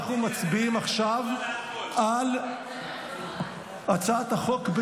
אנחנו מצביעים עכשיו על הצעת החוק,